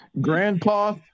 grandpa